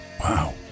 wow